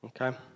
Okay